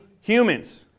humans